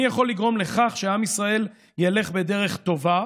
אני יכול לגרום לכך שעם ישראל ילך בדרך טובה